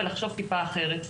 ולחשוב טיפה אחרת.